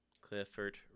clifford